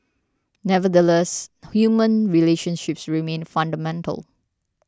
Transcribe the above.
nevertheless human relationships remain fundamental